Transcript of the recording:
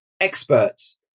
experts